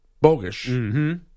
Bogus